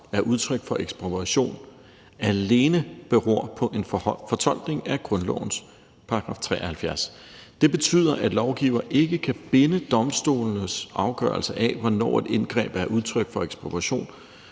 er udtryk for ekspropriation, alene beror på en fortolkning af grundlovens § 73. Det betyder, at lovgiver ikke kan binde domstolenes afgørelse af, hvornår et indgreb er udtryk for ekspropriation